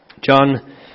John